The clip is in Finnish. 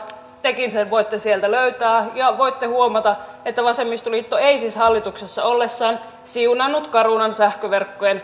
tekin sen voitte sieltä löytää ja voitte huomata että vasemmistoliitto ei siis hallituksessa ollessaan siunannut fortumin sähköverkkojen myymistä carunalle